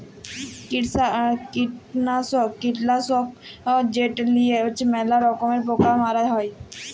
কীটলাসক যেট লিঁয়ে ম্যালা রকমের পকা মারা হ্যয়